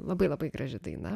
labai labai graži daina